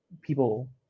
people